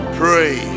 pray